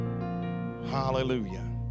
Hallelujah